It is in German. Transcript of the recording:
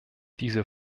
diese